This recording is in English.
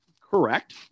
Correct